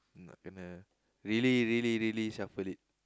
I'm not gonna really really really shuffle it